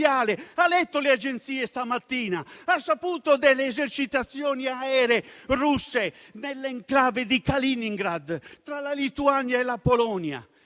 Ha letto le agenzie di questa mattina? Ha saputo delle esercitazioni aeree russe nell'*enclave* di Kaliningrad, tra la Lituania e la Polonia?